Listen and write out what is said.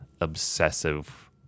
Obsessive